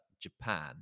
Japan